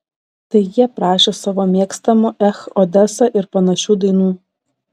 tai jie prašė savo mėgstamų ech odesa ir panašių dainų